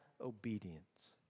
obedience